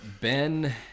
Ben